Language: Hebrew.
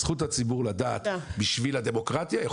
זכות הציבור לדעת בשביל הדמוקרטיה,